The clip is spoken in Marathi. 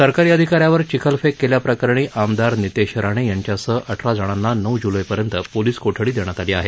सरकारी अधिका यावर चिखलफेक केल्याप्रकरणी आमदार नितेश राणे यांच्यासह अठरा जणांना नऊ जुलैपर्यंत पोलीस कोठडी देण्यात आली आहे